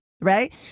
right